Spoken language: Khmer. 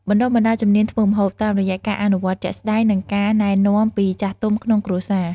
បណ្តុះបណ្តាលជំនាញធ្វើម្ហូប តាមរយៈការអនុវត្តជាក់ស្តែង និងការណែនាំពីចាស់ទុំក្នុងគ្រួសារ។